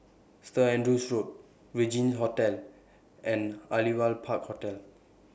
Saint Andrew's Road Regin Hotel and Aliwal Park Hotel